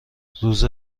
روز